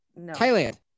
Thailand